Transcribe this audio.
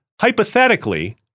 hypothetically